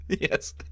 Yes